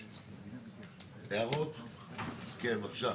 כן, הערות בבקשה.